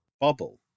Bubble